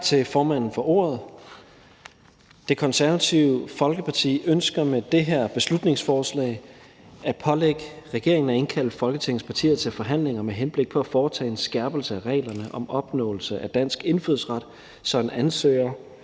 Tak til formanden for ordet. Det Konservative Folkeparti ønsker med det her beslutningsforslag at pålægge regeringen at indkalde Folketingets partier til forhandlinger med henblik på at foretage en skærpelse af reglerne om opnåelse af dansk indfødsret, så en ansøger,